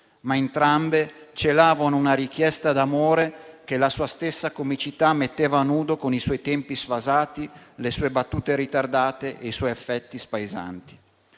ma entrambe celavano una richiesta d'amore che la sua stessa comicità metteva a nudo, con i suoi tempi sfasati, le sue battute ritardate e i suoi effetti spaesanti.